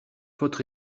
votre